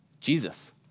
Jesus